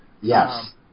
Yes